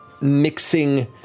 mixing